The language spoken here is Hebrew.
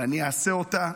ואני אעשה אותה.